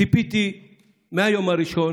ציפיתי מהיום הראשון